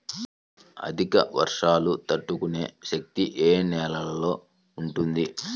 అధిక వర్షాలు తట్టుకునే శక్తి ఏ నేలలో ఉంటుంది?